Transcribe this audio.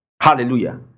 Hallelujah